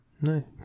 No